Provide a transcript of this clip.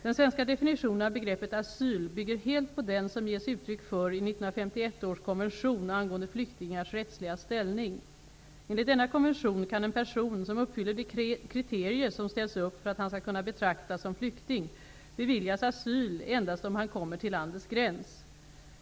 Den svenska definitionen av begreppet asyl bygger helt på den som det ges uttryck för i 1951 års konvention angående flyktingars rättsliga ställning. Enligt denna konvention kan en person, som uppfyller de kriterier som ställs upp för att han skall kunna betraktas som flykting, beviljas asyl endast om han kommer till landets gräns.